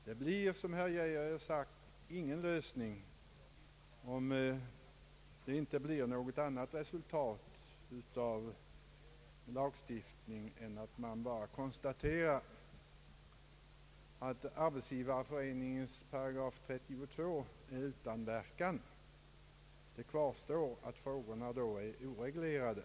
Det är, som herr Geijer har sagt, ingen lösning, om det inte blir något annat resultat av lagstiftningen än att man bara konstaterar att Arbetsgivareföreningens § 32 är utan verkan. Kvar står då att frågorna är oreglerade.